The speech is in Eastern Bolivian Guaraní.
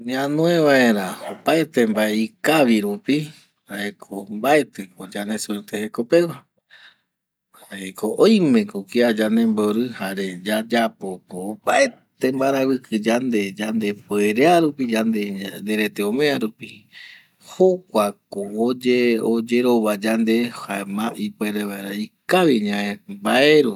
Ñanoe väera opaete mbae ikavi rupi jaeko mbaetɨko yande suerte jekopegua jareko oime ko kia yande mborɨ jare yayapo opaete mbaravɨkɨ jare yayapoko mbaravɨ yande yendepuerea rupi yande yanderete oea rupi jokuako oyerova yande jaema ipuere vaera ikavi ñae mbae rupi